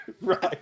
Right